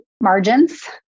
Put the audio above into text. margins